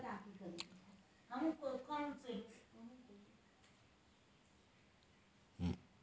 हमरो बहिनो के कृषि ऋण केना मिलतै जदि ओकरा लगां कोनो जमानत आरु सिक्योरिटी नै छै?